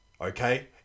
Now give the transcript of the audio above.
Okay